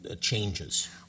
changes